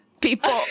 people